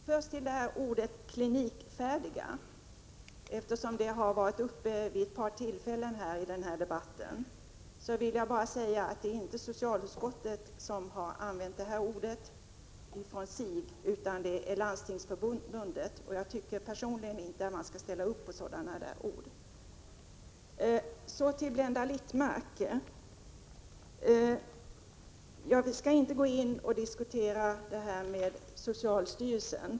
Herr talman! När det gäller ordet ”klinikfärdiga”, som har tagits upp vid ett par tillfällen i den här debatten, vill jag bara säga att det inte är socialutskottet som har använt ordet, utan det är Landstingsförbundet. Jag tycker personligen inte att man skall acceptera sådana ord. Så till Blenda Littmarck: Jag skall inte diskutera det här med socialstyrelsen.